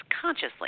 consciously